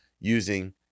using